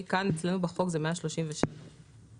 אצלנו בחוק היא 137 שקלים.